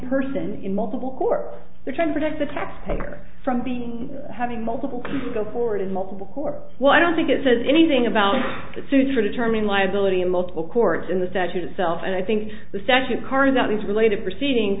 person in multiple court they're trying to protect the taxpayer from being having multiple can go forward in multiple court well i don't think it says anything about the suits returning liability and multiple courts in the statute itself and i think the statute carve out these related proceedings